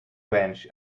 ranch